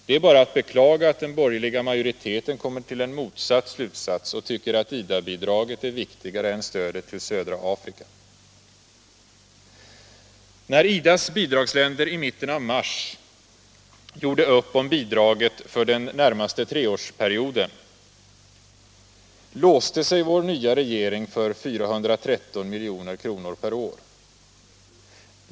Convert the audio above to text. Det är bara att beklaga att den borgerliga majoriteten kommer till en motsatt slutsats och tycker att IDA-bidraget är viktigare än stödet till södra Afrika. Då IDA:s bidragsländer i mitten av mars gjorde upp om bidragen för den närmaste treårsperioden låste sig vår nya regering för 413 milj.kr. per år.